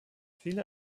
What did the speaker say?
viele